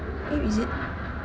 eh is it